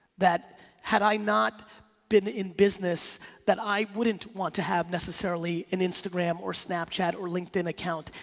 that had i not been in business that i wouldn't want to have necessarily an instagram or snapchat or linkedin account.